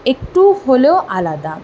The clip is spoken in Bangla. একটু হলেও আলাদা